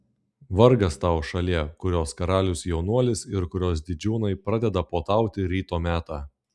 vargas tau šalie kurios karalius jaunuolis ir kurios didžiūnai pradeda puotauti ryto metą